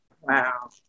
wow